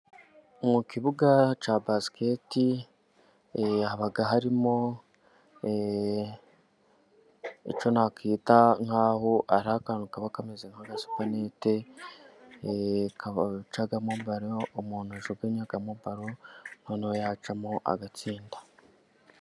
Mu kibuga cya basikete haba harimo icyo nakwita nk'aho ari akantu kaba kameze nk'agasupanete gacamo balo, umuntu ajugunyamo balo noneho yacamo agatsinda.